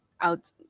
out